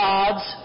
God's